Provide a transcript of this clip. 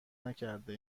نکرده